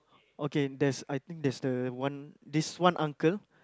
okay there's I think there's the one this one uncle